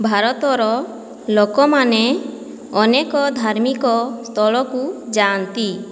ଭାରତର ଲୋକମାନେ ଅନେକ ଧାର୍ମିକ ସ୍ଥଳକୁ ଯାଆନ୍ତି